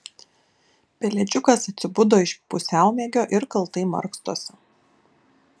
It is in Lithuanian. pelėdžiukas atsibudo iš pusiaumiegio ir kaltai markstosi